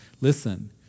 Listen